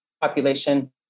population